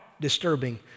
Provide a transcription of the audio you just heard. disturbing